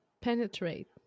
penetrate